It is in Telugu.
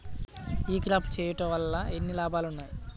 ఈ క్రాప చేయుట వల్ల ఎన్ని లాభాలు ఉన్నాయి?